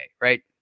Right